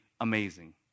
amazing